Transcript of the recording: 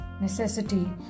necessity